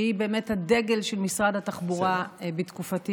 שהיא באמת הדגל של משרד התחבורה בתקופתי,